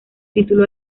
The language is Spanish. título